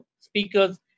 speakers